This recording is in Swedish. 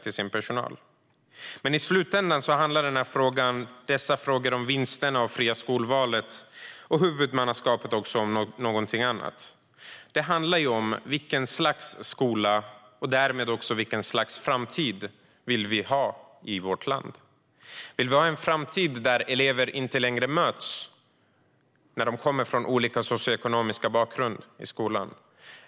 I slutänden handlar dessa frågor om vinster, det fria skolvalet och huvudmannaskapet om någonting annat. Det handlar om vilken sorts skola och därmed vilken sorts framtid vi vill ha i vårt land. Vill vi ha en framtid där elever från olika socioekonomiska bakgrunder inte längre möts i skolan?